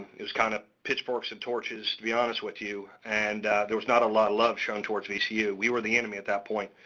it was kind of pitchforks and torches, to be honest with you and there was not a lot of love shown towards vcu. we were the enemy at that point.